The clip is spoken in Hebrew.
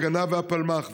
ההגנה והפלמ"ח,